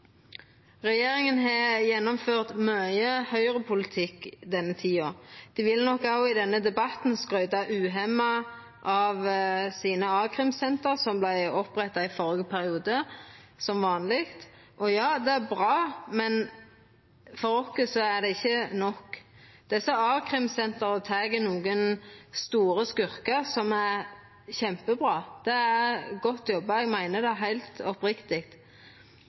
Regjeringa har gjennomført mykje høgrepolitikk i denne tida. Dei vil nok òg i denne debatten skryta uhemma av a-krimsentra sine, som vart oppretta i førre periode, som vanleg. Ja, det er bra, men for oss er det ikkje nok. Desse a-krimsentra tek nokre store skurkar, som er kjempebra. Det er godt jobba, det meiner eg heilt oppriktig,